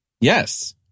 Yes